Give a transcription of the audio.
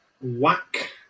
whack